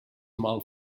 mal